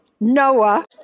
Noah